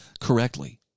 correctly